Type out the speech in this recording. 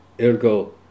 ergo